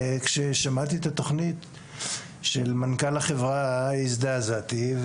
כששמעתי את התכנית של מנכ"ל החברה הזדעזעתי,